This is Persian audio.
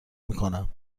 میکنم